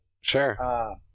Sure